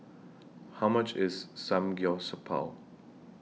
How much IS Samgyeopsal